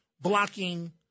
blocking